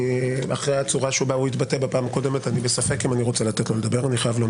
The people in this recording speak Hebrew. אחרי הצורה שבה התבטא בפעם הקודמת אני בספק אם אני רוצה לתת לו לדבר.